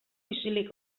isilik